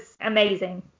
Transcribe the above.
amazing